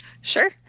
Sure